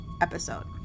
episode